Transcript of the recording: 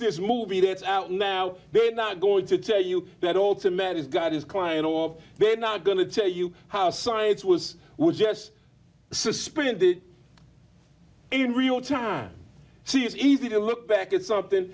this movie that's out now they're not going to tell you that all to man has got his client off they're not going to tell you how science was was just suspended in real time see it's easy to look back at something